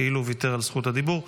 כאילו ויתר על זכות הדיבור.